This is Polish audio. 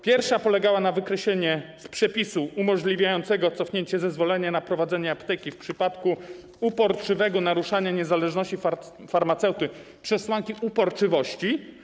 Pierwsza polegała na wykreśleniu z przepisu umożliwiającego cofnięcie zezwolenia na prowadzenie apteki w przypadku uporczywego naruszania niezależności farmaceuty przesłanki uporczywości.